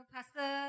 Pastor